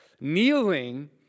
Kneeling